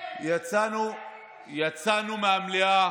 יצאנו מהמליאה